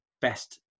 best